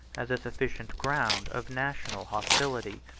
as a sufficient ground of national hostility.